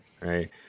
Right